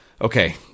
Okay